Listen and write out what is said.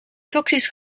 toxisch